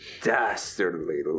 dastardly